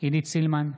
עידית סילמן,